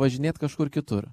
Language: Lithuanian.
važinėt kažkur kitur